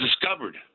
discovered